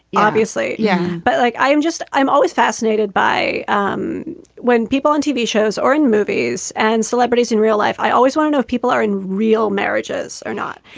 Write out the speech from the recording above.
obviously. yeah. but like i i'm just i'm always fascinated by um when people on tv shows or in movies and celebrities in real life. i always wanna know if people are in real marriages or not.